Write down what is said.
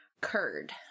curd